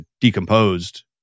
decomposed